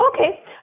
Okay